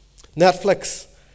Netflix